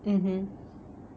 mmhmm